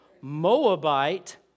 Moabite